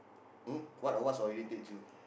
um what or what irritates you